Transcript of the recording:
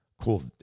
Cool